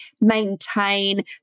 maintain